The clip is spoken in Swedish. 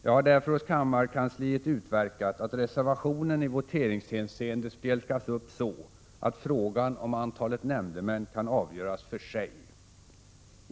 Jag har därför hos kammarkansliet utverkat att reservationen i voteringshänseende spjälkas upp så, att frågan om antalet nämndemän kan avgöras för sig.